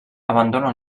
abandona